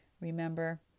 remember